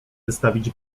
wystawić